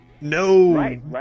No